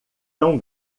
tão